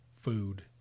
food